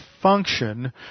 function